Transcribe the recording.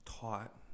taught